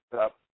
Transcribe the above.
up